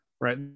right